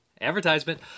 Advertisement